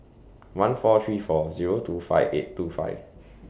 one four three four Zero two five eight two five